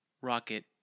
rocket